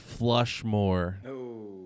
Flushmore